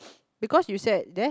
because you said there